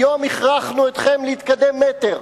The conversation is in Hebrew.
היום הכרחנו אתכם להתקדם מטר.